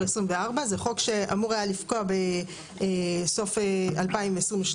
2024. זה חוק שהיה אמור לפקוע בסוף 2022,